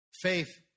faith